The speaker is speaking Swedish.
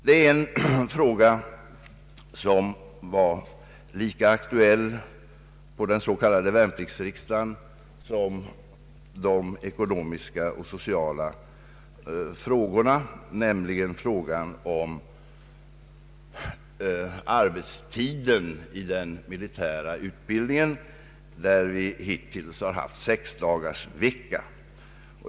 En fråga som var lika aktuell på den s.k. värnpliktsriksdagen som de ekonomiska och sociala förmånerna var arbetstiden i den militära utbildningen, där det hittills varit sexdagarsvecka.